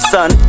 Son